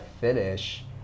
finish